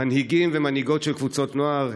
מנהיגים ומנהיגות של קבוצות נוער,